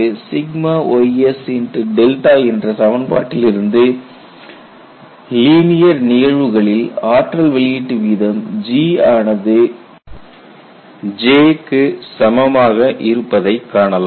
மேலும் சமீபத்தில் பெறப்பட்ட Jysஎன்ற சமன்பாட்டில் இருந்து லீனியர் நிகழ்வுகளில் ஆற்றல் வெளியீட்டு வீதம் G ஆனது J க்கு சமமாக இருப்பதைக் காணலாம்